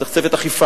צריך צוות אכיפה.